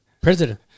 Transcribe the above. President